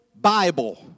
Bible